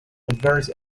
adverse